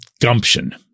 gumption